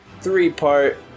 three-part